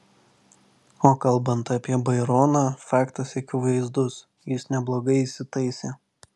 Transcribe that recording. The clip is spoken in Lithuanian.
o kalbant apie baironą faktas akivaizdus jis neblogai įsitaisė